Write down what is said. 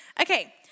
Okay